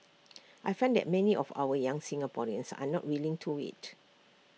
I find that many of our young Singaporeans are not willing to wait